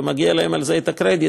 ומגיע להם על זה קרדיט,